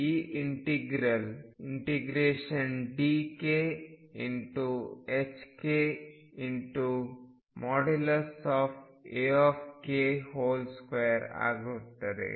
ಈ integral ∫dk ℏk Ak2 ಆಗುತ್ತದೆ